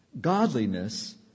godliness